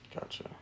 Gotcha